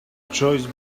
choice